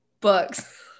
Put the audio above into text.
books